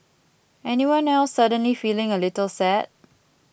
anyone else suddenly feeling a little sad